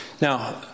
now